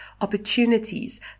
opportunities